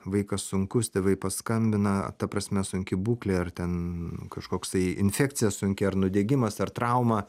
vaikas sunkus tėvai paskambina ta prasme sunki būklė ar ten kažkoks tai infekcija sunki ar nudegimas ar trauma